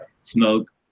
smoke